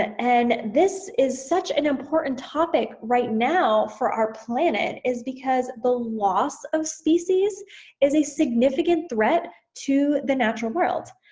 and this is such an important topic right now for our planet is because the loss of species is a significant threat to the natural world.